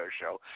show